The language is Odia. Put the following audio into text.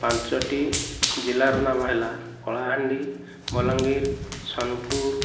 ପାଞ୍ଚଟି ଜିଲ୍ଲାର ନାମ ହେଲା କଳାହାଣ୍ଡି ବଲାଙ୍ଗୀର ସୋନପୁର